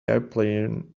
airplane